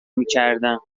میکردم